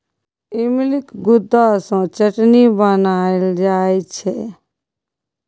इमलीक गुद्दा सँ चटनी बनाएल जाइ छै